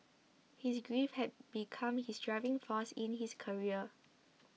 his grief had become his driving force in his career